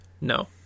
No